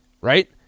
right